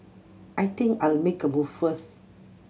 I think I'll make a move first